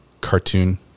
cartoon